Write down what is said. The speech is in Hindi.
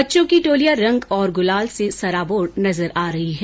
बच्चों की टोलियां रंग और गुलाल से सराबोर नजर आ रही है